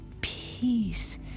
peace